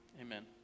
amen